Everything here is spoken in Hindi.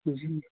जी